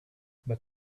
but